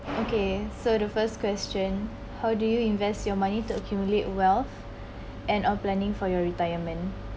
okay so the first question how do you invest your money to accumulate wealth and our planning for your retirement